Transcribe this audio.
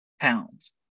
pounds